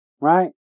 Right